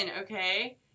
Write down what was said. okay